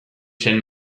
zen